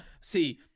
see